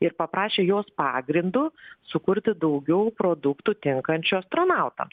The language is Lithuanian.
ir paprašė jos pagrindu sukurti daugiau produktų tinkančių astronautams